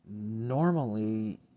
normally